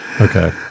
Okay